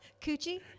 Coochie